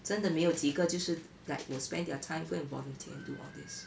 真的没有几个就是 like will spend their time go and volunteer and do all this